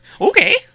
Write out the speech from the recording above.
Okay